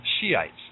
Shiites